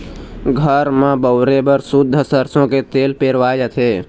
घर म बउरे बर सुद्ध सरसो के तेल पेरवाए जाथे